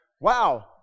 Wow